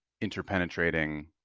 interpenetrating